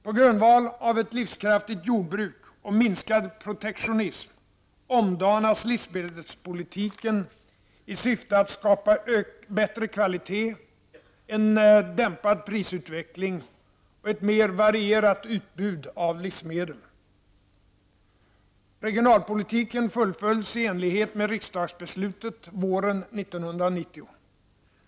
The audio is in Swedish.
På grundval av ett livskraftigt jordbruk och minskad protektionism omdanas livsmedelspolitiken i syfte att skapa bättre kvalitet, en dämpad prisutveckling och ett mer varierat utbud av livsmedel. Regionalpolitiken fullföljs i enlighet med riksdagsbeslutet våren 1990.